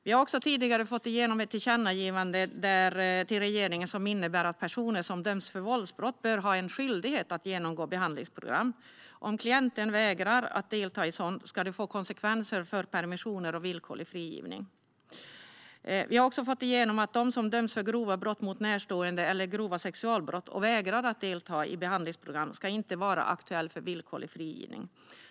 Vi har tidigare fått igenom ett tillkännagivande till regeringen som innebär att personer som dömts för våldsbrott bör ha en skyldighet att genomgå behandlingsprogram. Om klienten vägrar att delta i ett sådant program ska det få konsekvenser för möjligheterna till permission och villkorlig frigivning. Vi har också fått igenom att de som dömts för grova brott mot närstående eller grova sexualbrott och vägrar att delta i behandlingsprogram inte ska vara aktuella för villkorlig frigivning.